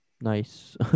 Nice